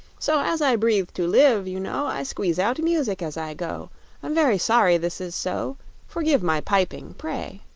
so as i breathe to live, you know, i squeeze out music as i go i'm very sorry this is so forgive my piping, pray!